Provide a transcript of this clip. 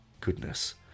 goodness